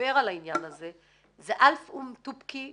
שמדבר על העניין הזה זה - אלף אום טופקי,